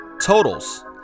totals